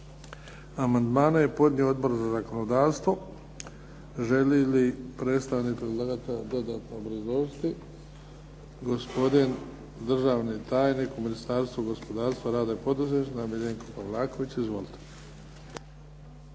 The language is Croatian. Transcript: Amandmane je podnio Odbor za zakonodavstvo. Želi li predstavnik predlagatelja dodatno obrazložiti? Gospodin državni tajnik u Ministarstvu gospodarstva, rada i poduzetništva, Miljenko Pavlaković. Izvolite.